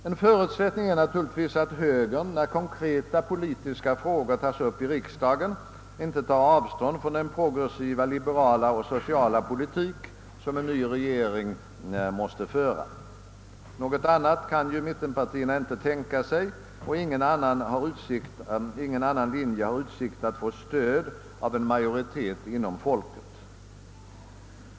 En förutsättning blir naturligtvis att högern när konkreta politiska frågor föres fram i riksdagen inte tar avstånd från den progressiva, liberala och sociala politik som en ny regering måste föra. Något annat kan ju mittenpartierna inte tänka sig, och ingen annan linje har utsikt att få stöd av en majoritet inom folket.